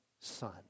son